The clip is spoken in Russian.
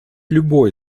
любой